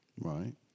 right